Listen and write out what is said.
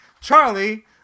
Charlie